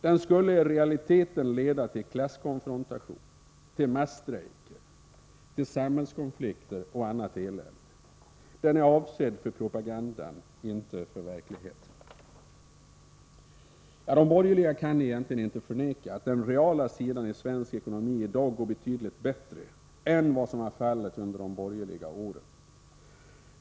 Den skulle i realiteten leda till klasskonfrontation, till masstrejker, till samhällskonflikter och annat elände. Den är avsedd för propagandan — inte för verkligheten. De borgerliga kan egentligen inte förneka att den reala sidan i svensk ekonomi i dag går betydligt bättre än vad som var fallet under de borgerliga åren.